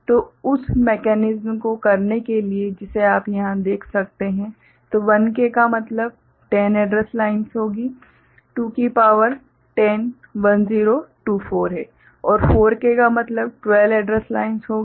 तो उस एक तंत्र को करने के लिए जिसे आप यहाँ देख सकते हैं तो 1K का मतलब 10 एड्रैस लाइनें होंगी 2 की पावर 10 1024 है और 4K का मतलब 12 एड्रैस लाइनें होंगी